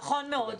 נכון מאוד.